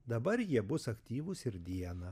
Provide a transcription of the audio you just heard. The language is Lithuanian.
dabar jie bus aktyvūs ir dieną